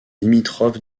limitrophe